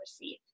receive